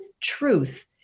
truth